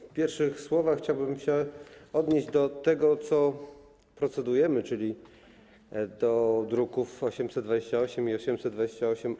W pierwszych słowach chciałbym się odnieść do tego, nad czym procedujemy, czyli do druków nr 828 i 828-A.